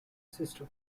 system